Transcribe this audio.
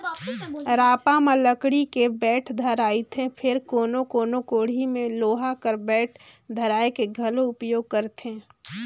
रापा म लकड़ी के बेठ धराएथे फेर कोनो कोनो कोड़ी मे लोहा कर बेठ धराए के घलो उपियोग करथे